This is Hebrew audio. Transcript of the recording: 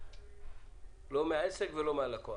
לא מעסק ולא מהלקוח.